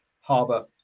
Harbour